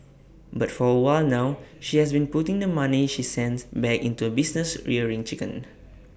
but for A while now she has been putting the money she sends back into A business rearing chickens